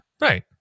Right